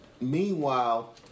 Meanwhile